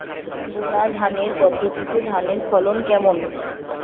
বুনাধানের পদ্ধতিতে ধানের ফলন কেমন?